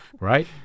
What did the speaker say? right